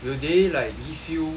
will they like give you